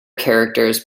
characters